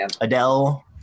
Adele